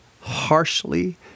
harshly